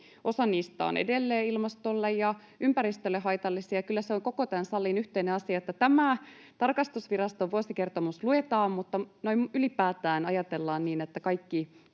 osa niistä on edelleen ilmastolle ja ympäristölle haitallisia. Kyllä se on koko tämän salin yhteinen asia, että tämä tarkastusviraston vuosikertomus luetaan mutta myös että noin ylipäätään ajatellaan, että kaikki